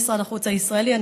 למשרד החוץ הישראלי.